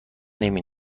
نمی